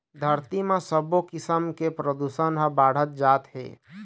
धरती म सबो किसम के परदूसन ह बाढ़त जात हे